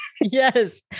Yes